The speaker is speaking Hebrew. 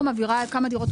כולם